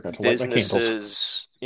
businesses